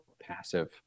passive